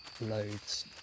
loads